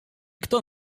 kto